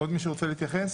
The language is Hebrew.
עוד מישהו רוצה להתייחס?